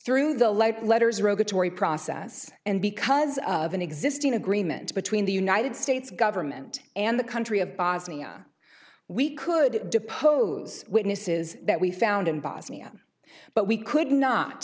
through the lead letters rotatory process and because of an existing agreement between the united states government and the country of bosnia we could depose witnesses that we found in bosnia but we could not